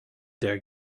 their